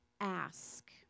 ask